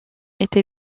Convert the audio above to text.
été